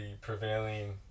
prevailing